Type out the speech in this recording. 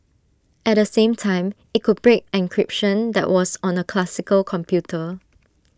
at the same time IT could break encryption that was on A classical computer